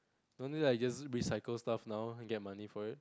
don't need lah you just recycle stuff now get money for it